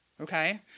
Okay